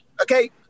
Okay